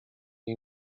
jej